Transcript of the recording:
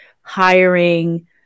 hiring